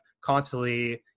constantly